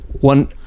One